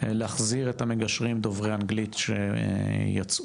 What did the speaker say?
להחזיר את המגשרים דוברי אנגלית שיצאו